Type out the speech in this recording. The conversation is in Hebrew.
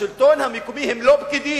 השלטון המקומי הוא לא פקידים,